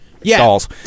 dolls